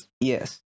Yes